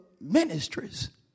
ministries